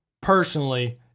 personally